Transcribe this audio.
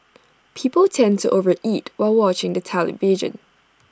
people tend to over eat while watching the television